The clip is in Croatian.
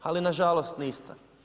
Ali na žalost niste.